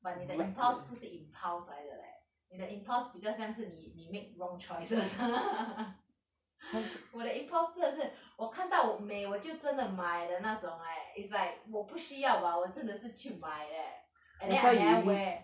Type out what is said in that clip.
but 你的 impulse 来的 leh 你的 impulse 比较像是你你 make wrong choices 我的 impulse 是好像是我看到美我就真的买的那种 leh is like 我不需要 but 我真的是去买 leh and then I never wear